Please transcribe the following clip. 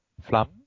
Flam